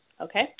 Okay